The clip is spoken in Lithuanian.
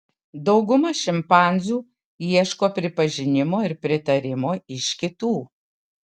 dauguma šimpanzių ieško pripažinimo ir pritarimo iš kitų